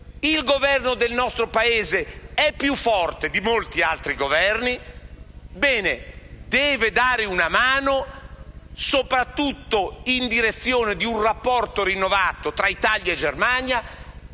il Governo del nostro Paese è più forte di molti altri Governi - deve dare una mano, soprattutto in direzione di un rapporto rinnovato tra Italia e Germania,